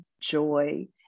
joy